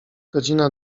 godzina